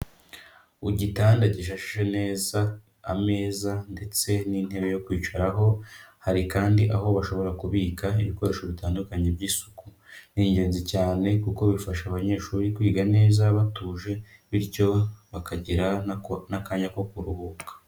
ugitanda gishashe neza, ameza ndetse n'intebe yo kwicaraho, hari kandi aho bashobora kubika ibikoresho bitandukanye by'isuku. Ni ingenzi cyane kuko bifasha abanyeshuri kwiga neza batuje, bityo bakagira n'akanya ko kuruhuka.